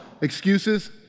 excuses